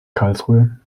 karlsruhe